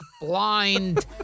blind